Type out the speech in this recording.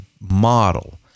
model